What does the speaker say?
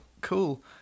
cool